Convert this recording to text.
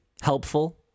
helpful